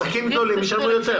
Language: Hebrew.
עסקים גדולים ישלמו יותר.